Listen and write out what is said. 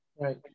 Right